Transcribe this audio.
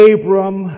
Abram